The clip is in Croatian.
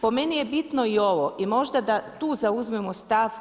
Po meni je bitno i ovo i možda da tu zauzmemo stav.